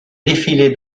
défilés